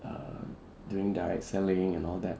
um doing direct selling and all that